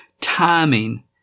timing